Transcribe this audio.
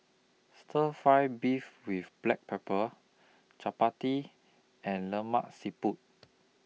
Stir Fry Beef with Black Pepper Chappati and Lemak Siput